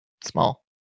small